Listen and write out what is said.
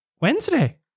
Wednesday